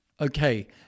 Okay